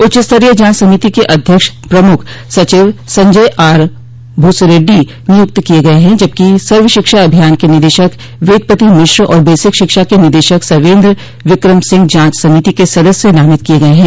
उच्चस्तरीय जांच समिति के अध्यक्ष प्रमुख सचिव संजय आरभूसरेड्डी नियुक्त किये गये हैं जबकि सव शिक्षा अभियान के निदेशक वेदपति मिश्र और बेसिक शिक्षा के निदेशक सवेन्द्र विक्रम सिंह जांच समिति के सदस्य नामित किये गये हैं